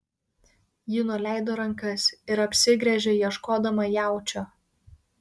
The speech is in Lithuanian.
ji nuleido rankas ir apsigręžė ieškodama jaučio